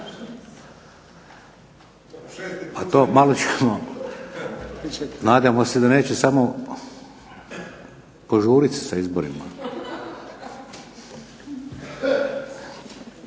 A to malo ćemo, nadajmo se da neće samo požuriti sa izborima.